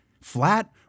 flat